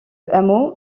hameau